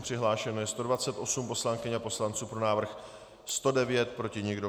Přihlášeno je 128 poslankyň a poslanců, pro návrh 109, proti nikdo.